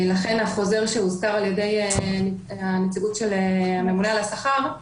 לכן החוזר שהוצא על ידי נציגות הממונה על השכר,